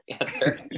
answer